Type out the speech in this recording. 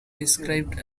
described